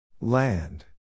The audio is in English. Land